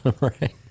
Right